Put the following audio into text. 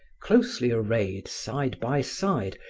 closely arrayed, side by side,